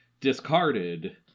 discarded